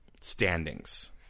standings